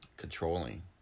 controlling